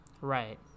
Right